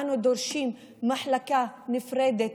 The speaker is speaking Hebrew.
אנו דורשים מחלקה נפרדת,